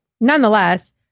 nonetheless